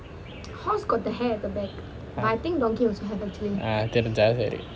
ah தெரிஞ்சா சரி:therinchaa sari